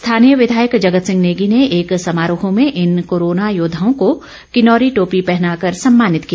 स्थानीय विधायक जगत सिंह नेगी ने एक समारोह में इन कोरोना योद्वाओं को किन्नौरी टोपी पहनाकर सम्मानित किया